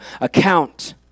account